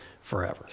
forever